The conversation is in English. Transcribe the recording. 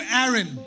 Aaron